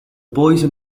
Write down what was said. poison